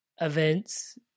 events